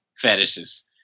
fetishes